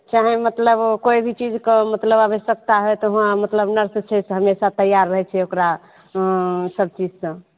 चाहे मतलब कोइ भी चीजके मतलब आवश्यकता होइ तऽ हुआं मतलब नर्स छै से हमेसा तैयार रहै छियै ओकरा सब चीजसॅं